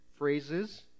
phrases